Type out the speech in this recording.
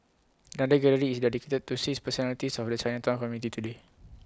another gallery is dedicated to six personalities of the Chinatown community today